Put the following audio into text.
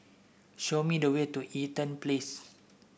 show me the way to Eaton Place